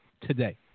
today